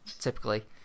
typically